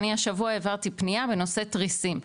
אני השבוע העברתי פנייה בנושא תריסים,